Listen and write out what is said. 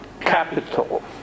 capital